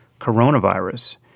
coronavirus